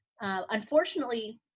Unfortunately